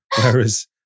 whereas